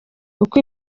uko